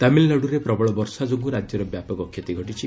ତାମିଲନାଡୁରେ ପ୍ରବଳ ବର୍ଷା ଯୋଗୁଁ ରାଜ୍ୟର ବ୍ୟାପକ କ୍ଷତି ଘଟିଛି